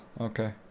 okay